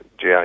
GI